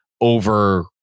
over